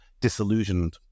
disillusioned